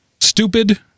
stupid